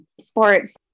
sports